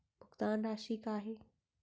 भुगतान राशि का हे?